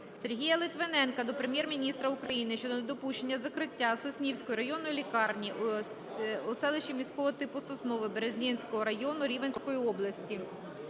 Сергія Литвиненка до Прем'єр-міністра України щодо недопущення закриття Соснівської районної лікарні у селищі міського типу Соснове, Березнівського району Рівненської області.